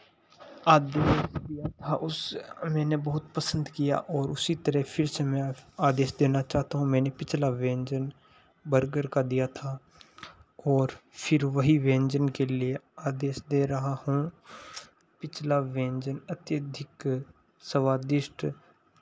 आदेश दिया था उस मैंने बहुत पसंद किया ओर उसी तरह फिर से मैं आदेश देना चाहता हूँ मैंने पिछला व्यंजन बर्गर का दिया था ओर फिर वही व्यंजन के लिए आदेश दे रहा हूँ पिछला व्यंजन अत्यधिक सवादिष्ट